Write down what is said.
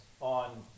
on